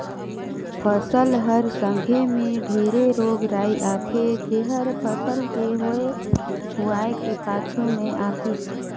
फसल हर संघे मे ढेरे रोग राई आथे जेहर फसल के होए हुवाए के पाछू मे आतिस